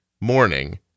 morning